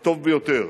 הטוב ביותר